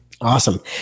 Awesome